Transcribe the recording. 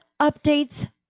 updates